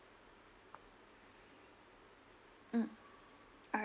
mm alright